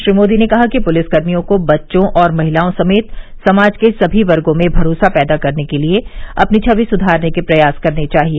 श्री मोदी ने कहा कि पुलिसकर्मियोंको बच्चों और महिलाओं समेत समाज के सभी वर्गो में भरोसा पैदा करने के लिए अपनी छवि सुधारने के प्रयास करने चाहिए